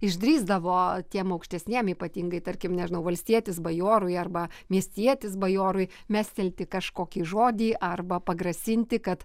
išdrįsdavo tiem aukštesniem ypatingai tarkim nežinau valstietis bajorui arba miestietis bajorui mestelti kažkokį žodį arba pagrasinti kad